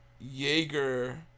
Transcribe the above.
Jaeger